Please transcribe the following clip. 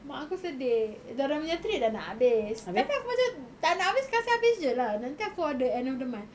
mak aku sedih dia orang punya treat dah nak habis abeh aku macam dah nak habis kasih habis jer lah nanti aku order end of the month